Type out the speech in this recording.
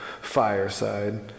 Fireside